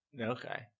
Okay